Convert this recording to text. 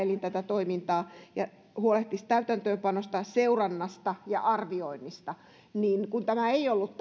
tätä toimintaa ja huolehtisi täytäntöönpanosta seurannasta ja arvioinnista niin kun tämä yhteensovittamiselin ei ollut